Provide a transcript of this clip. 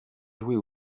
jouée